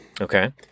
Okay